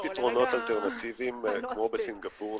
לרגע --- יש פתרונות אלטרנטיביים כמו בסינגפור,